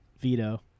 Veto